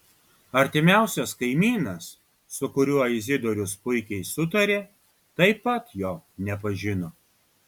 artimiausias kaimynas su kuriuo izidorius puikiai sutarė taip pat jo nepažino